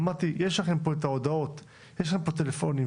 אמרתי: יש לכם פה את מספרי הטלפון,